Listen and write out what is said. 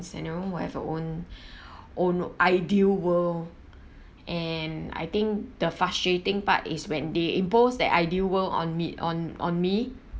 you know we'll have our own own ideal world and I think the frustrating part is when they impose that ideal world on me on on me